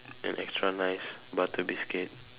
an extra nice butter biscuit